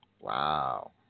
Wow